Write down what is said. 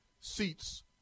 seats